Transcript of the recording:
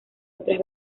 otras